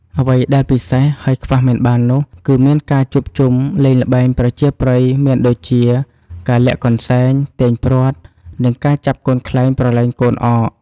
អ្វីដែលពិសេសហើយខ្វះមិនបាននោះគឺមានការជួបជុំលេងល្បែងប្រជាប្រិយមានដូចជាការលាក់កន្សែង ទាញព័ត្រ និងចាប់កូនខ្លែងប្រលែងកូនអក។